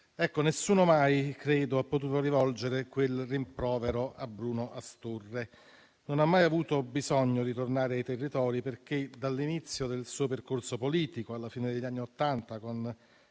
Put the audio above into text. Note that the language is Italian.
che nessuno mai abbia potuto rivolgere quel rimprovero a Bruno Astorre. Non ha mai avuto bisogno di tornare ai territori, perché dall'inizio del suo percorso politico, alla fine degli anni Ottanta